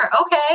Okay